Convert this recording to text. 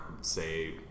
say